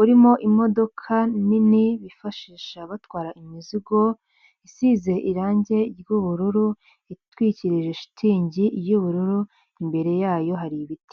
urimo imodoka nini bifashisha batwara imizigo isize irangi ry'ubururu, itwikirije shitingi y'ubururu imbere yayo hari ibiti.